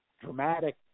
dramatic